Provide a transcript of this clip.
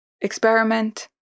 experiment